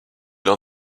l’un